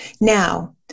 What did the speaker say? Now